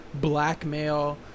blackmail